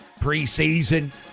preseason